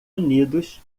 unidos